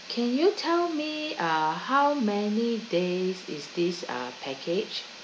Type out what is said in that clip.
can you tell me uh how many days is this uh package